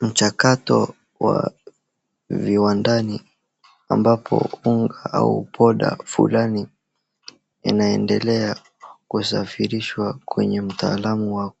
Mchakato wa viwandani ambapo unga au powder fulani inaendelea kusafirishwa kwenye mtaalamu wa